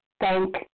thank